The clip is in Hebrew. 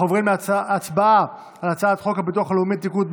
אנחנו עוברים להצבעה על הצעת החוק הביטוח הלאומי (תיקון,